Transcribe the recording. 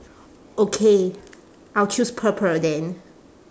okay I'll choose purple then